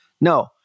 No